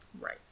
right